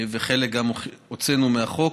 וחלק גם הוצאנו מהחוק